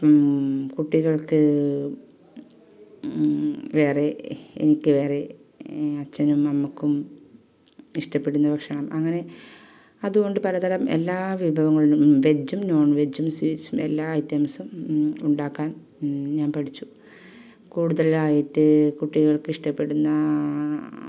കുട്ടികൾക്ക് വേറെ എനിക്ക് വേറെ അച്ഛനും അമ്മക്കും ഇഷ്ടപ്പെടുന്ന ഭക്ഷണം അങ്ങനെ അതുകൊണ്ട് പലതരം എല്ലാ വിഭവങ്ങളും വെജും നോൺ വെജും സ്വീറ്റ്സും എല്ലാ ഉണ്ടാക്കാൻ ഞാൻ പഠിച്ചു കൂടുതൽ ആയിട്ട് കുട്ടികൾക്ക് ഇഷ്ടപെടുന്ന